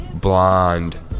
blonde